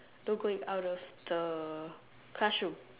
no going out of the classroom